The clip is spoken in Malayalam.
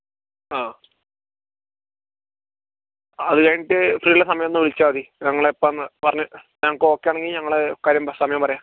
ആ അത് കഴിഞ്ഞിട്ട് ഫ്രീ ഉള്ള സമയം ഒന്ന് വിളിച്ചാൽ മതി ഞങ്ങൾ എപ്പം പറഞ്ഞ് ഞങ്ങൾക്ക് ഓക്കേ ആണെങ്കിൽ ഞങ്ങൾ കാര്യം സമയം പറയാം